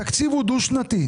התקציב הוא דו-שנתי.